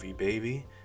Baby